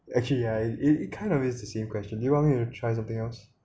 actually yeah it it kind of is the same question do you want me to try something else